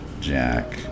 jack